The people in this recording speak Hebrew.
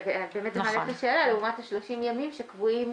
ובאמת זה מעלה את השאלה לעומת ה-30 ימים שקבועים